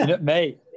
Mate